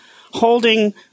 holding